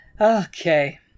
Okay